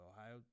Ohio